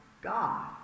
God